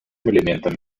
элементам